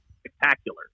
spectacular